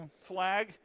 flag